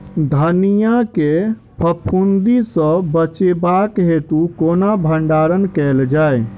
धनिया केँ फफूंदी सऽ बचेबाक हेतु केना भण्डारण कैल जाए?